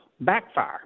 backfire